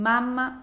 Mamma